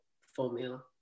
formula